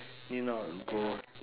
you know go